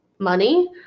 money